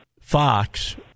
Fox